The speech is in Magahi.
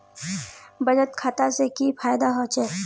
बचत खाता से की फायदा होचे?